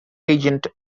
agent